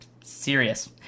serious